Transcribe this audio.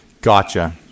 Gotcha